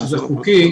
שזה חוקי,